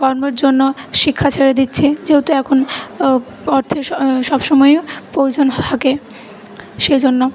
কর্মের জন্য শিক্ষা ছেড়ে দিচ্ছে যেহতু এখন অর্থের সব সময়ই প্রয়োজন থাকে সেইজন্য